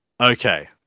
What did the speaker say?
Okay